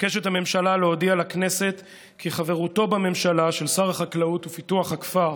מבקשת הממשלה להודיע לכנסת כי חברותו בממשלה של שר החקלאות ופיתוח הכפר